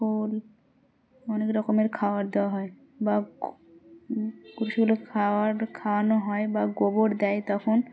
ফোল অনেক রকমের খাওয়ার দেওয়া হয় বা কিছুগুলো খাওয়ার খাওয়ানো হয় বা গোবর দেয় তখন